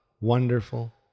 wonderful